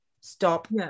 stop